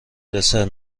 دسر